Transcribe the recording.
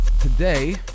today